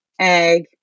egg